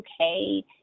okay